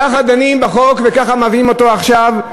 ככה דנים בחוק, וככה מביאים אותו עכשיו,